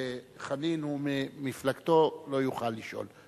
חנין הוא ממפלגתו, הוא לא יוכל לשאול.